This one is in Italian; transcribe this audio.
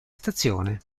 stazione